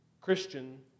Christian